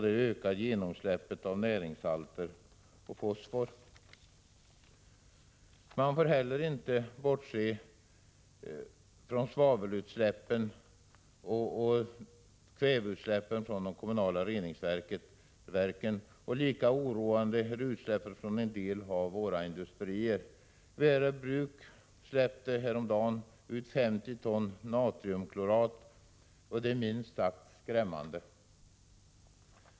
Det ökar ju genomsläppet av näringssalter och fosfor. Man får inte heller bortse från svaveloch kväveutsläppen från de kommunala reningsverken. Lika oroande är utsläppen från en del av våra industrier. Värö bruk släppte häromdagen ut 50 ton natriumklorat, vilket är minst sagt skrämmande.